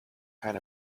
kind